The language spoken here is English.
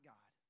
God